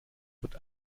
wird